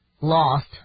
lost